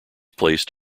placed